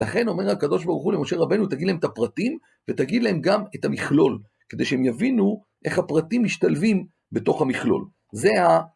לכן אומר הקדוש ברוך הוא למשה רבנו, תגיד להם את הפרטים, ותגיד להם גם את המכלול, כדי שהם יבינו איך הפרטים משתלבים בתוך המכלול. זה ה...